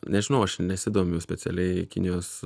nežinau aš nesidomiu specialiai kinijos